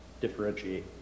differentiate